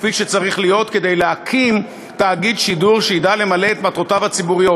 כפי שצריך להיות כדי להקים תאגיד שידור שידע למלא את מטרותיו הציבוריות.